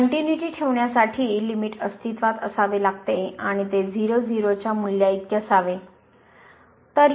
continuity ठेवण्यासाठी limit अस्तित्त्वात असावे लागते आणि ती 0 0 च्या मूल्याइतके असावे